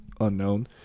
unknown